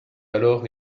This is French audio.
alors